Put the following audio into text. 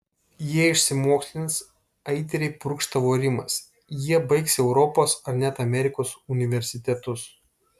jie išsimokslins aitriai purkštavo rimas jie baigs europos ar net amerikos universitetus